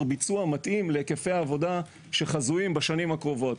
ביצוע מתאים להיקפי העבודה שחזויים בשנים הקרובות,